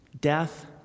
Death